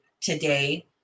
today